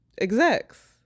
execs